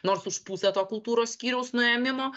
nors už pusę to kultūros skyriaus nuėmimo